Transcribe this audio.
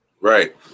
Right